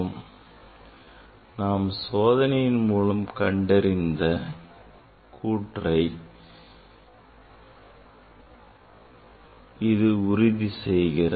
இது நாம் சோதனையின் மூலம் கண்டறிந்த இக்கூற்றை உறுதி செய்கிறது